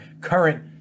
current